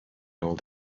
old